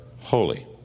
holy